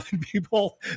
people